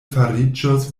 fariĝos